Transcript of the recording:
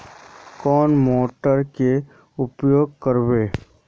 कौन मोटर के उपयोग करवे?